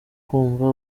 kumva